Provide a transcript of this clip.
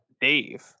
dave